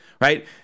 Right